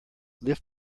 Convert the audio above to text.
lift